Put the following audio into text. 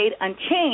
unchanged